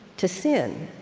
to sin,